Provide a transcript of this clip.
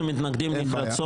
אנחנו מתנגדים נמרצות.